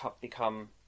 become